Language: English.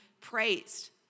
praised